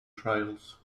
trails